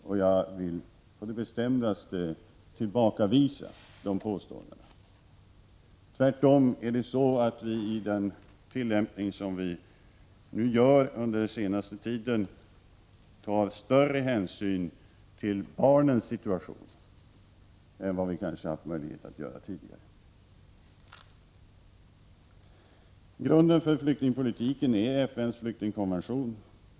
Jag vill på det bestämdaste tillbakavisa påståendena. Tvärtom tar vi nu i tillämpningen 29 större hänsyn till barnens situation än vi kanske haft möjlighet att göra tidigare. Grunden för flyktingpolitiken är FN:s flyktingkonvention.